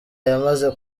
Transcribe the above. yamaze